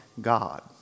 God